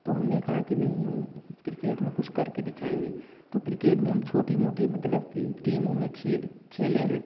तो हम ने कहा नहीं हम क्रिकेट में कुछ कर के दिखाएंगे तो क्रिकेट मे हम छोटी मोटी मतलब की टीमों में खेले है